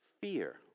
fear